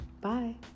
Bye